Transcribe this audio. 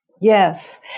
Yes